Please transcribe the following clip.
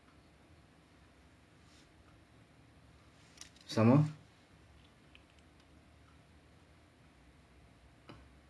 some more